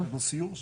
יש לנו סיור שם.